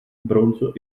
bronzo